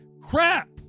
crap